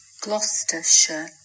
Gloucestershire